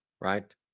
Right